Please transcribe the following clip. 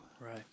Right